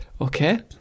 Okay